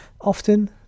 often